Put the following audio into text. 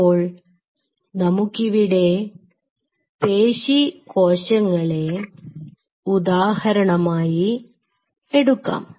അപ്പോൾ നമുക്കിവിടെ പേശി കോശങ്ങളെ ഉദാഹരണമായി എടുക്കാം